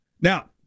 Now